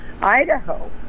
idaho